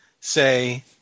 say